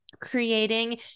creating